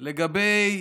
לגבי,